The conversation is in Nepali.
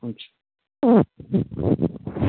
हुन्छ